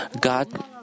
God